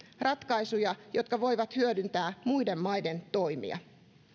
ratkaisuja jotka voivat hyödyntää muiden maiden toimia